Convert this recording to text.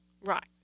Right